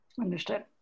Understood